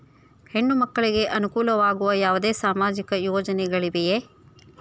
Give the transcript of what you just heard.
ಹೆಣ್ಣು ಮಕ್ಕಳಿಗೆ ಅನುಕೂಲವಾಗುವ ಯಾವುದೇ ಸಾಮಾಜಿಕ ಯೋಜನೆಗಳಿವೆಯೇ?